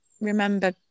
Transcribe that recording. remember